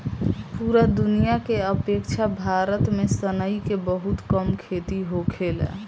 पूरा दुनिया के अपेक्षा भारत में सनई के बहुत कम खेती होखेला